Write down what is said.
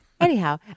Anyhow